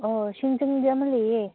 ꯑꯣ ꯁꯤꯡꯖꯪꯗꯤ ꯑꯃ ꯂꯩꯌꯦ